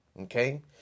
Okay